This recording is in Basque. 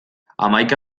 hamaika